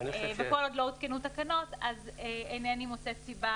כל עוד לא הותקנו תקנות אינני מוצאת סיבה